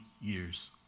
years